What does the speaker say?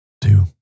Two